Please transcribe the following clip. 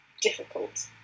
difficult